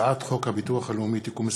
הצעת חוק הביטוח הלאומי (תיקון מס'